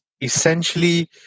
Essentially